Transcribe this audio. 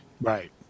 Right